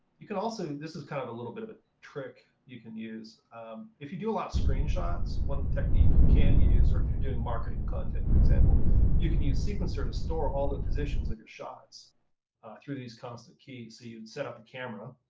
you can also this is kind of a little bit of a trick you can use if you do a lot screenshots, one technique you can use or if you're doing marketing content, for example you can use sequencer to store all the positions of your shots through these constant keys. so you'd set up the camera,